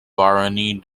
barony